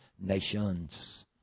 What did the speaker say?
nations